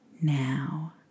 now